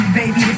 baby